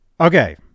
Okay